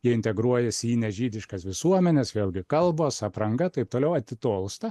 jie integruojasi į nežydiškas visuomenes vėlgi kalbos apranga taip toliau atitolsta